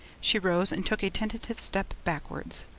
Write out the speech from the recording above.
she rose and took a tentative step backwards.